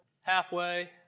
halfway